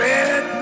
Red